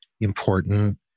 important